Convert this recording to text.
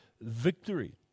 victory